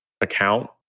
account